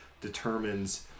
determines